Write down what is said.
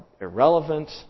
irrelevant